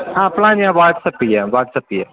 ആ പ്ലാൻ ഞാന് വാട്സപ്പ് ചെയ്യാം വാട്സപ്പ് ചെയ്യാം